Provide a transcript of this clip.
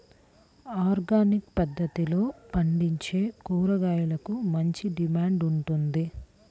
organic పద్దతిలో పండించే కూరగాయలకు మంచి డిమాండ్ ఉంది